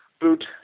boot